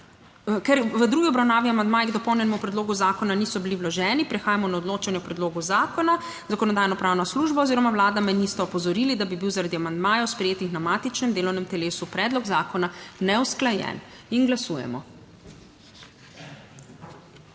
Ker v drugi obravnavi amandmaji k dopolnjenemu predlogu zakona niso bili vloženi, prehajamo na odločanje o predlogu zakona. Zakonodajno-pravna služba oziroma Vlada me nista opozorili, da bi bil zaradi amandmajev sprejetih na matičnem delovnem telesu predlog zakona neusklajen. Glasujemo.